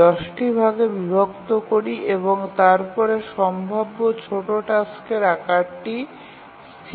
১০ টি ভাগে বিভক্ত করি এবং তারপরে সম্ভাব্য ছোট টাস্কের আকারটি স্থির করি